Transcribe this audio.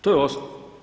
To je osnov.